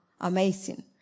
amazing